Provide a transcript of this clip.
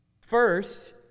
First